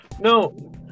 No